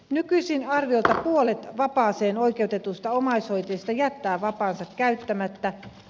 nykyisin arviolta puolet vapaaseen oikeutetuista omaishoitajista jättää vapaansa käyttämättä